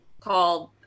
called